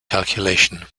calculation